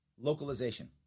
localization